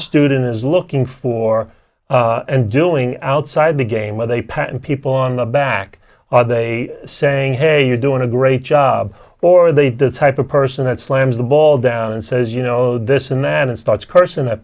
student is looking for and doing outside the game with a passion people on the back are they saying hey you're doing a great job or they the type of person that slams the ball down and says you know this and man and starts cursing at